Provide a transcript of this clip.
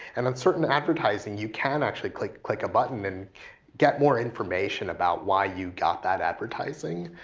and on certain advertising you can actually click click a button and get more information about why you got that advertising.